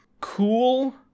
cool